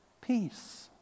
peace